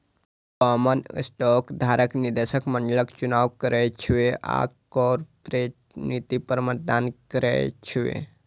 common stock धारक निदेशक मंडलक चुनाव करै छै आ कॉरपोरेट नीति पर मतदान करै छै